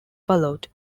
followed